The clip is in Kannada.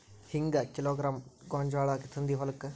ಹೆಂಗ್ ಕಿಲೋಗ್ರಾಂ ಗೋಂಜಾಳ ತಂದಿ ಹೊಲಕ್ಕ?